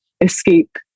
escape